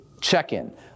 check-in